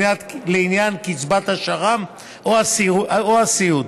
לעניין קצבת שר"מ או סיעוד,